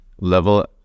level